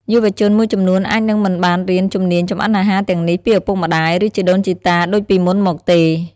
យុវជនមួយចំនួនអាចនឹងមិនបានរៀនជំនាញចម្អិនអាហារទាំងនេះពីឪពុកម្តាយ ឬជីដូនជីតាដូចពីមុនមកទេ ។